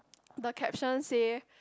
the caption say